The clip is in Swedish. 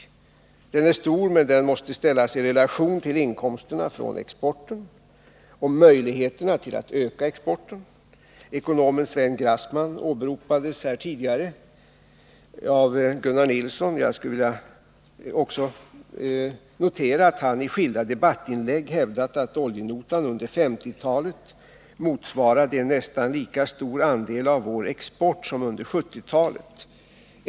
Notan är stor, men den måste ställas i relation till inkomsterna från exporten och möjligheterna att öka exporten. Ekonomen Sven Grassman åberopades här tidigare av Gunnar Nilsson. Jag skulle vilja notera att Grassman i skilda debattinlägg hävdat att oljenotan under 1950-talet motsvarade en nästan lika stor andel av vår export som under 1970-talet.